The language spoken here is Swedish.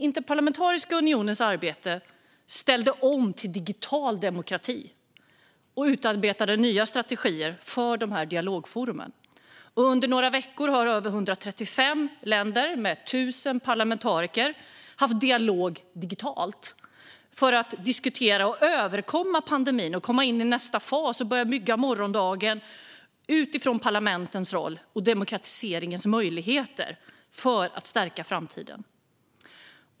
Interparlamentariska unionens arbete ställde om till digital demokrati och utarbetade nya strategier för dialogforumen. Under några veckor har över 135 länder med 1 000 parlamentariker fört dialog digitalt för att diskutera och överkomma pandemin och komma in i nästa fas för att börja bygga morgondagen utifrån parlamentens roll och demokratiseringens möjligheter för att stärka framtiden.